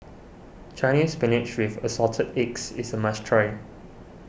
Chinese Spinach with Assorted Eggs is a must try